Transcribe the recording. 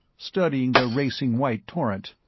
studying the racing white torrent.